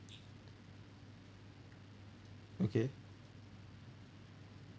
okay